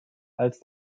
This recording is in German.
als